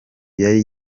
yari